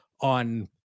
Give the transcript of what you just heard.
on